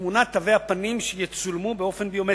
ותמונת תווי הפנים, שיצולמו באופן ביומטרי,